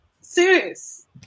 Serious